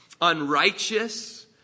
unrighteous